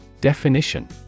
Definition